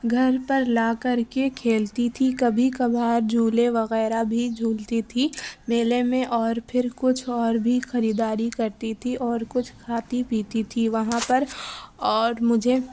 گھر پر لاکر کے کھیلتی تھی کبھی کبھار جھولے وغیرہ بھی جھولتی تھی میلے میں اور پھر کچھ اور بھی خریداری کرتی تھی اور کچھ کھاتی پیتی تھی وہاں پر اور مجھے